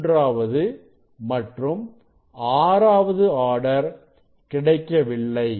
மூன்றாவது மற்றும் ஆறாவது ஆர்டர் கிடைக்கவில்லை